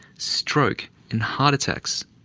stroke and heart attacks.